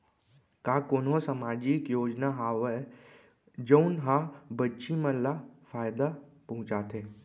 का कोनहो सामाजिक योजना हावय जऊन हा बच्ची मन ला फायेदा पहुचाथे?